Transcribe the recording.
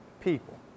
people